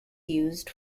used